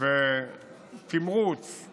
ותמרוץ של